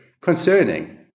concerning